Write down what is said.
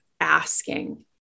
asking